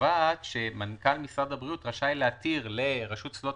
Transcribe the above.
קובעת שמנכ"ל משרד הבריאות רשאי להתיר לרשות שדות